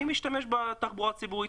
מי משתמש בתחבורה הציבורית?